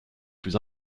plus